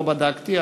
לא בדקתי,